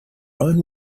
own